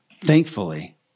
thankfully